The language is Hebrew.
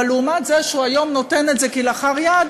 אבל לעומת זה שהיום הוא נותן את זה כלאחר יד,